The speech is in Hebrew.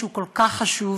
שהוא כל כך חשוב,